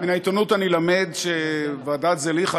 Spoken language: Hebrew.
מהעיתונות אני למד שוועדת זליכה,